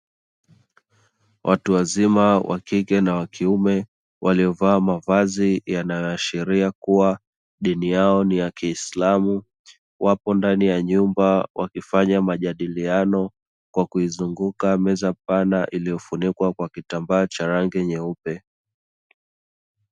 Watu wazima wa kike na wa kiume waliovaa mavazi yanayoashiria kuwa dini yao ni ya kiislamu, wapo ndani ya nyumba wakifanya majadiliano kwa kuizunguka meza pana iliyofunikwa kwa kitambaa cha rangi nyeupe.